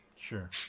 Sure